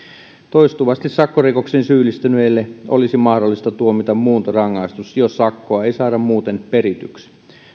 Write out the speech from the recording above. toistuvasti sakkorikoksiin syyllistyneille olisi mahdollista tuomita muuntorangaistus jos sakkoa ei saada muuten perityksi